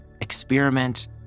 Experiment